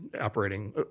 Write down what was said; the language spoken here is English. operating